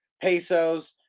Pesos